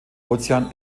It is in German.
ozean